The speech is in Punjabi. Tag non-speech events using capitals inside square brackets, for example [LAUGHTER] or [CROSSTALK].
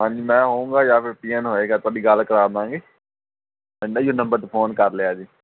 ਹਾਂਜੀ ਮੈਂ ਹੋਊਂਗਾ ਜਾਂ ਫਿਰ ਪੀਅਨ ਹੋਏਗਾ ਤੁਹਾਡੀ ਗੱਲ ਕਰਾਦਾਂਗੇ [UNINTELLIGIBLE] ਹੀ ਨੰਬਰ 'ਤੇ ਫੋਨ ਕਰ ਲਿਓ ਜੀ